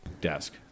desk